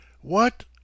What